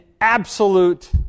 absolute